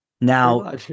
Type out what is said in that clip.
Now